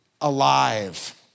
alive